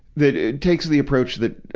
that it takes the approach that,